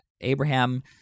Abraham